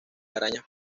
arañas